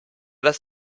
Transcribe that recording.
das